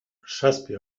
zazpi